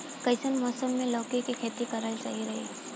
कइसन मौसम मे लौकी के खेती करल सही रही?